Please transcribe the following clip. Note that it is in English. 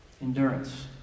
Endurance